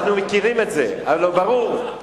אנחנו מכירים את זה, הלוא ברור.